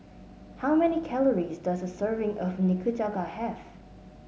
how many calories does a serving of Nikujaga have